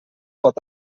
pot